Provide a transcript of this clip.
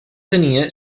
tenia